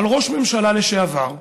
על ראש ממשלה לשעבר,